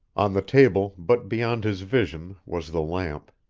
on the table, but beyond his vision, was the lamp.